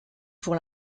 pour